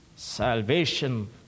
Salvation